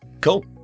cool